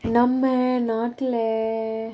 நம்ம நாட்டுல:namma naattula